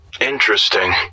Interesting